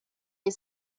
les